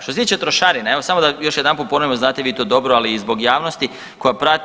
Što se tiče trošarina, evo samo da još jedanput ponovim, znate vi to dobro, ali i zbog javnosti koja prati.